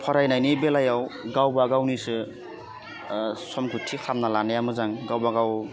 फरायनायनि बेलायाव गावबा गावनिसो समखो थि खालामना लानाया मोजां गावबागाव